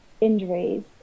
injuries